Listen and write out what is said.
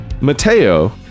mateo